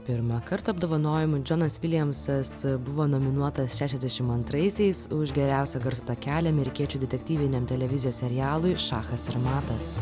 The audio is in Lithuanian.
pirmą kartą apdovanojimų džonas viljamsas buvo nominuotas šešiasdešim antraisiais už geriausią garso takelį amerikiečių detektyviniam televizijos serialui šachas ir matas